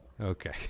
Okay